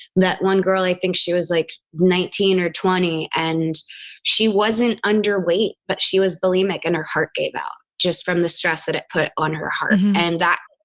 that one girl, i think she was like nineteen or twenty and she wasn't underweight, but she was bulimic and her heart gave out, just from the stress that it put on her heart. and and that,